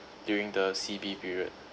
during the C_B period